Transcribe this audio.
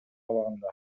абагында